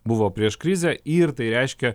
buvo prieš krizę ir tai reiškia